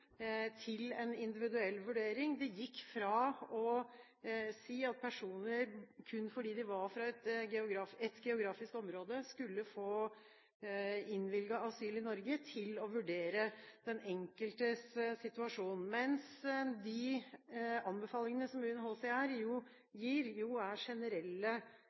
til å ha en individuell vurdering. De gikk fra å si at personer kun fordi de var fra ett geografisk område, skulle få innvilget asyl i Norge, til å vurdere den enkeltes situasjon, mens de anbefalingene UNHCR gir, jo er generelle